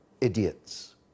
idiots